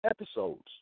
episodes